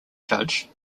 judge